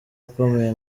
akomeye